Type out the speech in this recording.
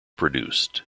produced